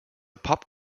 pop